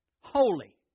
Holy